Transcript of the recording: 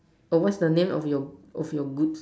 oh what's the name of your of your goods